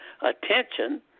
attention